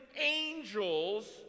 angels